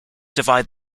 divide